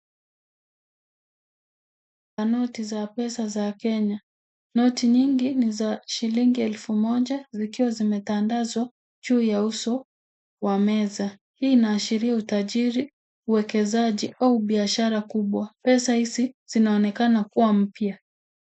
Noti za pesa za Kenya. Noti nyingi ni za shilingi elfu moja zikiwa zimetandazwa juu ya uso wa meza. Hii inashiria utajiri, uwekezaji au biashara mkubwa. Pesa hizi zinaonekana kuwa mpya.